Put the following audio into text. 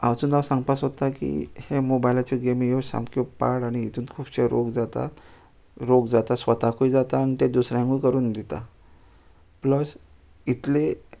आजून हांव सांगपा सोदतां की हे मोबायलाच्यो गेमी ह्यो सामक्यो पाड आनी हितून खुबशे रोग जाता रोग जाता स्वताकूय जाता आन ते दुसऱ्यांकूय करून दिता प्लस इतले